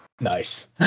Nice